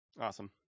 Awesome